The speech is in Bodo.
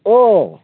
औ